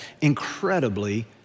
incredibly